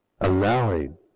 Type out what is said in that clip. allowing